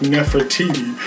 Nefertiti